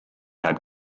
had